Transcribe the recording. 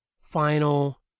final